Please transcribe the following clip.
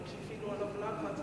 אבל כשהפעילו עליו לחץ,